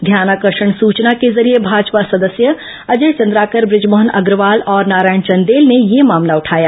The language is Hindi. ध्यानाकर्षण सूचना के जरिए भाजपा सदस्य अजय चंद्राकर बजमोहन अग्रवाल और नारायण चंदेल ने यह मामला उठाया